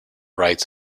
rights